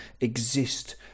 exist